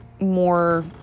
more